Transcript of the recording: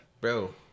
Bro